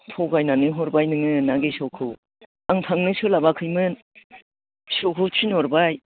थगायनानै हरबाय नोङो ना गेसावखौ आं थांनो सोलाबाखैमोन फिसौखौ थिनहरबाय